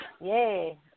Yay